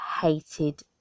hated